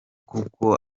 kuko